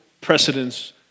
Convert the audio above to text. precedence